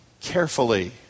carefully